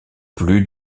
plus